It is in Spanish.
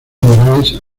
morales